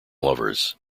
lovers